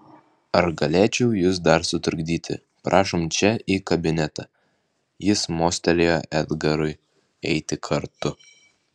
ar galėčiau jus dar sutrukdyti prašom čia į kabinetą jis mostelėjo edgarui eiti kartu